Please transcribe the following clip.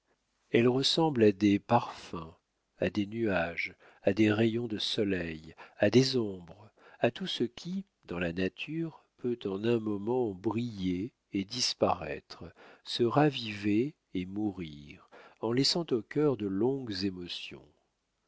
elles ressemblent à des parfums à des nuages à des rayons de soleil à des ombres à tout ce qui dans la nature peut en un moment briller et disparaître se raviver et mourir en laissant au cœur de longues émotions